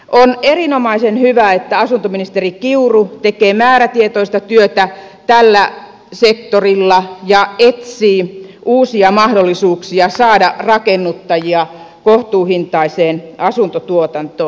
on erinomaisen hyvä että asuntoministeri kiuru tekee määrätietoista työtä tällä sektorilla ja etsii uusia mahdollisuuksia saada rakennuttajia kohtuuhintaiseen asuntotuotantoon